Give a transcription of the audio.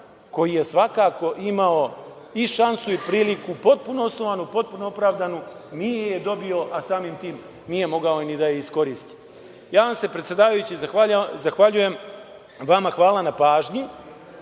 koji je svakako imao i šansu i priliku i potpuno osnovanu, potpuno opravdanu, nije je dobio a samim tim nije mogao ni da je iskoristi. Ja vam se predsedavajući zahvaljujem, vama hvala na pažnji.